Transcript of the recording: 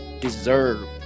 deserve